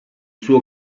suo